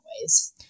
ways